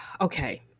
okay